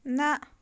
نہَ